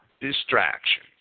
distraction